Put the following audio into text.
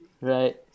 Right